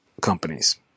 companies